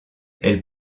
elle